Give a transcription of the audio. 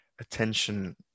attention